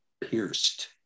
pierced